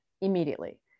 immediately